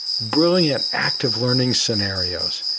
brilliant active learning scenarios,